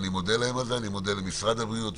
אני מודה למשרד הבריאות,